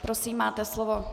Prosím, máte slovo.